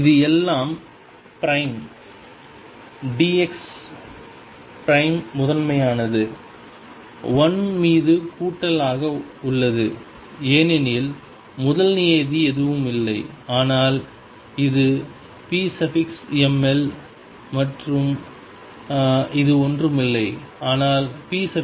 இது எல்லாம் prime dx முதன்மையானது l மீது கூட்டல் ஆக உள்ளது ஏனெனில் முதல் நியதி எதுவும் இல்லை ஆனால் இது pml மற்றும் இது ஒன்றுமில்லை ஆனால் pln